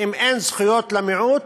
אם אין זכויות למיעוט,